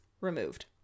removed